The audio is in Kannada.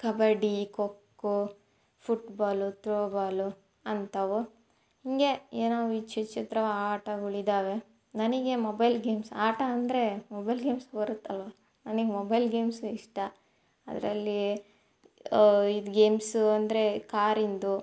ಕಬಡ್ಡಿ ಕೊಕ್ಕೋ ಫುಟ್ಬಾಲು ತ್ರೋಬಾಲು ಅಂಥವು ಹೀಗೆ ಏನೋ ವಿಚ್ ವಿಚಿತ್ರ ಆಟಗಳಿದ್ದಾವೆ ನನಗೆ ಮೊಬೈಲ್ ಗೇಮ್ಸ್ ಆಟ ಅಂದರೆ ಮೊಬೈಲ್ ಗೇಮ್ಸ್ ಬರುತ್ತಲ್ಲ ನನಗ್ ಮೊಬೈಲ್ ಗೇಮ್ಸು ಇಷ್ಟ ಅದರಲ್ಲಿ ಇದು ಗೇಮ್ಸು ಅಂದರೆ ಕಾರಿಂದು